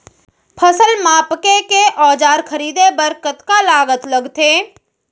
फसल मापके के औज़ार खरीदे बर कतका लागत लगथे?